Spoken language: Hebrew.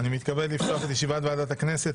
אני מתכבד לפתוח את ישיבת ועדת הכנסת.